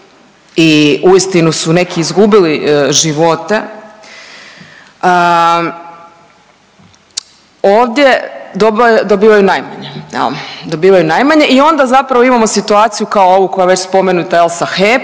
i uistinu su neki izgubili živote ovdje dobivaju najmanje, dobivaju najmanje? I onda zapravo imamo situaciju kao ovu koja je već spomenuta sa